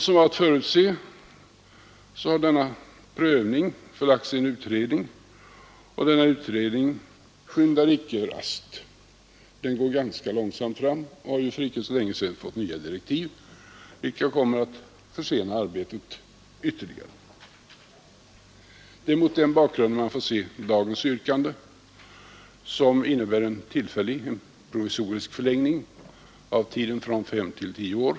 Som var att förutse har denna prövning förlagts till en utredning, och denna utredning skyndar icke raskt — den går ganska långsamt framåt och har för inte så länge sedan fått nya direktiv vilka kommer att försena arbetet ytterligare. Det är mot den bakgrunden man får se dagens yrkande om en provisorisk förlängning av tiden från fem till tio år.